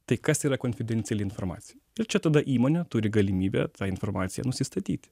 tai kas yra konfidenciali informacija ir čia tada įmonė turi galimybę tą informaciją nusistatyti